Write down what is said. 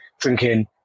drinking